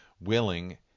willing